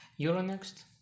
Euronext